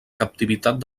captivitat